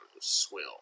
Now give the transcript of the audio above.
swill